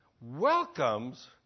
welcomes